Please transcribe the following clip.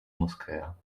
moschea